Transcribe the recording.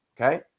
Okay